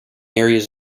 areas